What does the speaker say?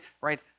right